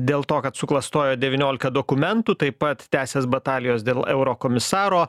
dėl to kad suklastojo devyniolika dokumentų taip pat tęsias batalijos dėl eurokomisaro